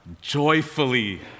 joyfully